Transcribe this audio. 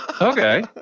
Okay